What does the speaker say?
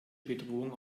bedrohung